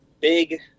big